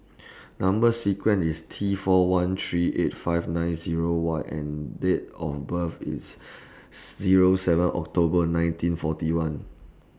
Number sequence IS T four one three eight five nine Zero Y and Date of birth IS Zero seven October nineteen forty one